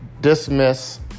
dismiss